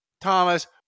Thomas